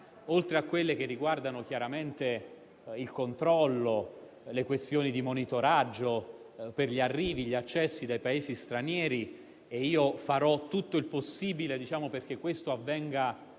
oltre a quelle che riguardano chiaramente il controllo e le questioni di monitoraggio per gli arrivi e gli accessi dei Paesi stranieri e io farò tutto il possibile perché questo avvenga